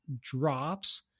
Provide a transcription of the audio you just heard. drops